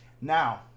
Now